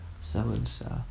so-and-so